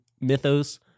mythos